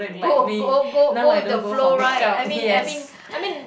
go go go go with the flow right I mean I mean I mean